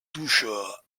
touches